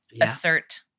assert